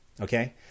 okay